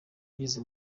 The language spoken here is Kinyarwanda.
yigeze